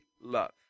love